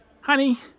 honey